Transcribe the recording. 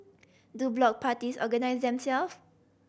do block parties organise themselves